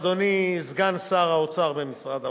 אדוני סגן שר האוצר במשרד האוצר,